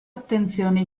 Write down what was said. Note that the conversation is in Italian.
attenzione